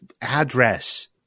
address